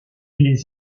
les